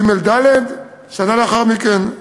ג'-ד', שנה לאחר מכן,